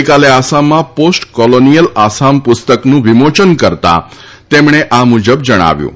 ગઈકાલે આસામમાં post colonial Assam પુસ્તકનું વિમોચન કરતાં તેમણે આ મુજબ જણાવ્યું હતું